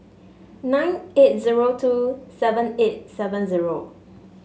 nine eight zero two seven eight seven zero